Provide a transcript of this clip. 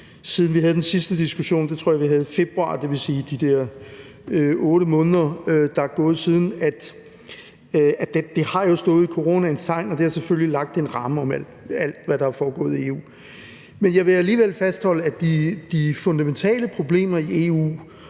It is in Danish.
siden vi havde den sidste diskussion – det tror jeg vi havde i februar, dvs. det er 8 måneder, der er gået siden – jo har stået i coronaens tegn. Og det har selvfølgelig lagt en ramme om alt, hvad der er foregået i EU. Men jeg vil alligevel fastholde, at de fundamentale problemer i EU